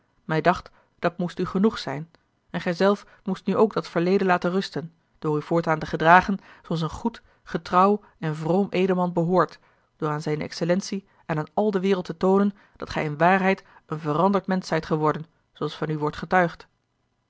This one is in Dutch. mij dacht dat moest u genoeg zijn en gij zelf moest nu ook dat verleden laten rusten door u voortaan te gedragen zooals een goed getrouw en vroom edelman behoort door aan zijne excellentie en aan al de wereld te toonen dat gij in waarheid een veranderd mensch zijt geworden zooals van u wordt getuigd